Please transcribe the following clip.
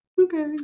okay